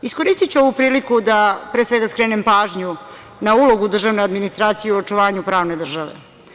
Iskoristiću ovu priliku da pre svega skrenem pažnju na ulogu državne administracije na očuvanju pravne države.